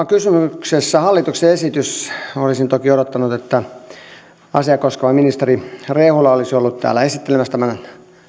kysymyksessä hallituksen esitys olisin toki odottanut että asiaa koskeva ministeri rehula olisi ollut täällä esittelemässä tämän